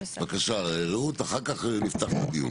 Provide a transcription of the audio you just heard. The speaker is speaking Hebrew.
בבקשה, רעות, אחר כך נפתח לדיון.